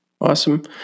Awesome